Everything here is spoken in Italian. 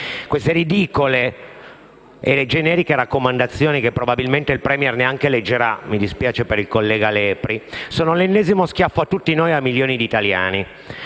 Queste ridicole e generiche raccomandazioni, che probabilmente il *Premier* neanche leggerà - mi dispiace per il collega Lepri - sono l'ennesimo schiaffo a tutti noi e a milioni di italiani.